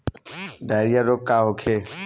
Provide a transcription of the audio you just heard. Diarrhoea रोग का होखे?